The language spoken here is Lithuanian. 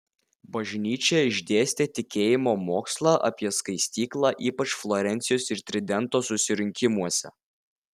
bažnyčia išdėstė tikėjimo mokslą apie skaistyklą ypač florencijos ir tridento susirinkimuose